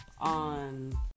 on